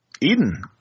Eden